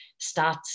stats